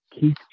Keith